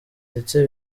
ndetse